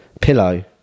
pillow